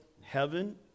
heaven